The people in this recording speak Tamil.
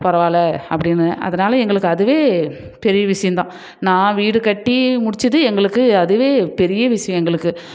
பரவாயில்லை அப்படின்னு அதனால் எங்களுக்கு அதுவே பெரிய விஷயந்தான் நான் வீடு கட்டி முடித்தது எங்களுக்கு அதுவே பெரிய விஷயம் எங்களுக்கு